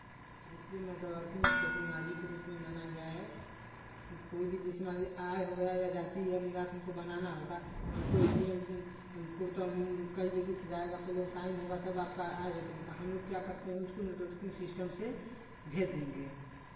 इसलिए नेटवर्किंग को टेक्नोलॉजी के रूप में माना गया है कि कोई भी जैसे मान लीजिए आय हो गया या जाती या निवास हमको बनाना होगा हमको एस डी एम कई जगह से जाएगा पहले साइन होगा तब आपका आय जाति में तो हमलोग क्या करते उसको नेटवर्किंग सिस्टम से भेज देंगें